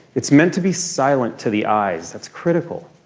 it's meant to be silent to the eyes. that's critical.